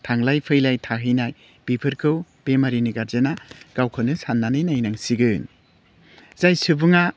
थांलाय फैलाय थाहैनाय बेफोरखौ बेमारिनि गारजेना गावखौनो सानानै नायनांसिगोन जाय सुबुङा